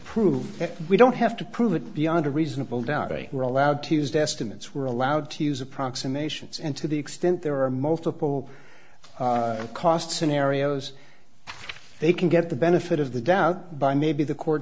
prove that we don't have to prove it beyond a reasonable doubt we're allowed to used estimates were allowed to use approximations and to the extent there are multiple cost scenarios they can get the benefit of the doubt by maybe the court